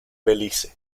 belice